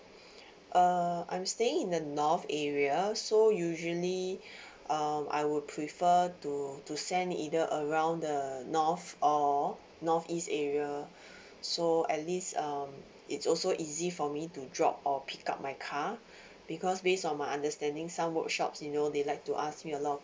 uh I'm staying in the north area so usually um I would prefer to to send either around the north or north east area so at least um it's also easy for me to drop or pick up my car because based on my understanding some workshops you know they like to ask me a lot of